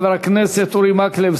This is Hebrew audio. חבר הכנסת אורי מקלב,